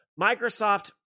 Microsoft